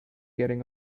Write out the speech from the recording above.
getting